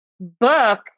book